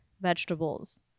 vegetables